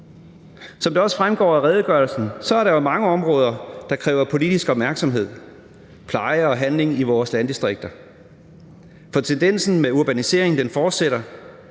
Som det også fremgår af redegørelsen, er der mange områder, der kræver politisk opmærksomhed, pleje og handling i vores landdistrikter, for tendensen med urbanisering fortsætter.